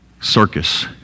circus